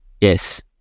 Yes